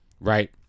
Right